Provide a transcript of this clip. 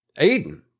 Aiden